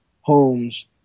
homes